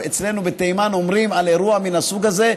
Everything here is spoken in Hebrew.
אצלנו בתימן אומרים על אירוע מן הסוג הזה: